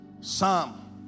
Psalm